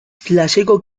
klaseko